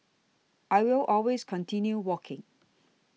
I will always continue walking